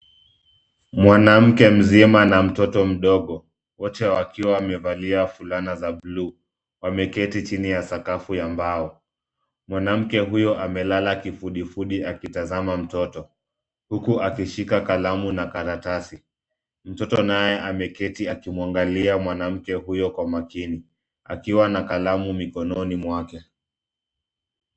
Mwanamke mzima na mtoto mdogo, wote wakiwa wamevalia fulana za bluu, wameketi chini ya sakafu ya mbao. Mwanamke huyo amelala kifudifudi akitazama mtoto, huku akishika kalamu na karatasi. Mtoto naye ameketi akimwangalia mwanamke huyo kwa makini, akiwa na kalamu mikononi mwake.